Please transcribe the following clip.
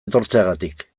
etortzeagatik